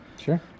Sure